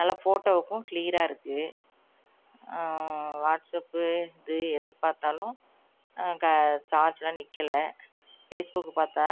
நல்ல ஃபோட்டோவுக்கும் கிளீயராக இருக்குது வாட்ஸ்அப் இது எது பார்த்தாலும் க சார்ஜூலாம் நிற்கில பேஸ்புக் பார்த்தா